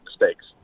mistakes